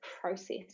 process